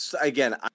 again